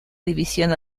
división